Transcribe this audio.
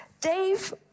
Dave